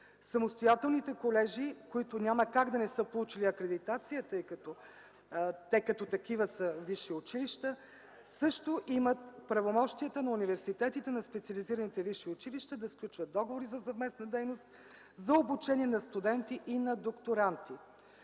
на университетите), които няма как да не са получили акредитация, тъй като те като такива са висши училища, също имат правомощията на университетите, на специализираните висши училища да сключват договори за съвместна дейност, за обучение на студенти и на докторанти?